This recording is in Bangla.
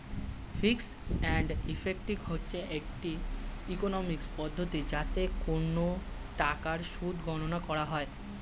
ফিস অ্যান্ড ইফেক্টিভ হচ্ছে একটি ইকোনমিক্স পদ্ধতি যাতে কোন টাকার সুদ গণনা করা হয়